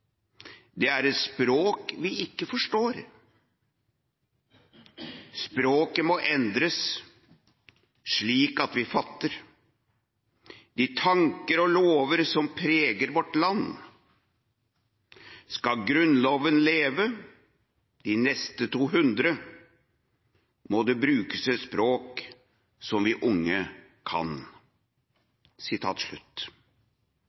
det er et språk vi ikke forstår. Språket må endres, slik at vi fatter, de tanker og lover som preger vårt land. Skal Grundloven leve, de neste to hundre, må det brukes et språk vi unge kan.